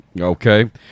Okay